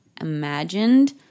imagined